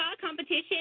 Competition